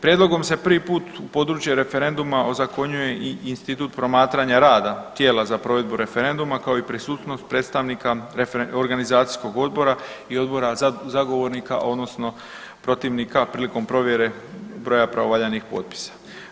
Prijedlogom se prvi put u područje referenduma ozakonjuje i institut promatranja rada tijela za provedbu referenduma, kao i prisutnost predstavnika organizacijskog odbora i Odbora zagovornika odnosno protivnika prilikom provjere broja pravovaljanih potpisa.